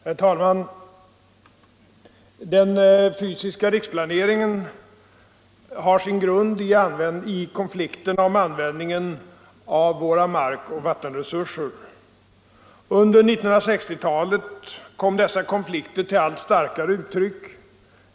Herr talman! Den fysiska riksplaneringen har sin grund i konflikterna om användningen av våra markoch vattenresurser. Under 1960-talet kom dessa konflikter till allt starkare uttryck.